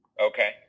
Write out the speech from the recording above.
Okay